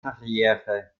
karriere